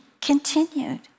continued